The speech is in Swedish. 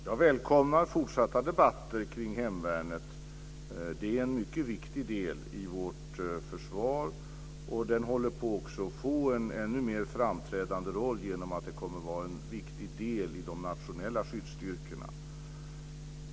Fru talman! Jag välkomnar fortsatta debatter omkring hemvärnet. Det är en mycket viktig del i vårt försvar, och det håller också på att få en ännu mer framträdande roll genom att det kommer att vara en viktig del i de nationella skyddsstyrkorna.